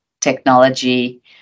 technology